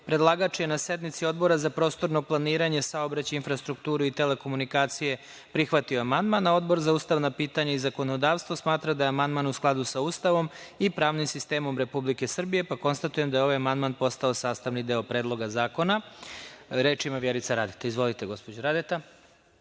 je na sednici Odbora za prostorno planiranje, saobraćaj, infrastrukturu i telekomunikacije prihvatio amandman, a Odbor za ustavna pitanja i zakonodavstvo smatra da je amandman u skladu sa Ustavom i pravnim sistemom Republike Srbije, pa konstatujem da je ovaj amandman postao sastavni deo Predloga zakona. Reč ima narodni poslanik Vjerica Radeta. Izvolite, gospođo Radeta,